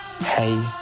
Hey